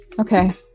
Okay